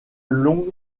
long